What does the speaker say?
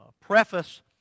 preface